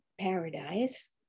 paradise